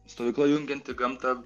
stovykla jungianti gamtą